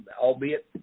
albeit